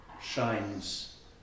shines